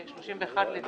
ענייני